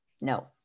No